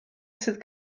sydd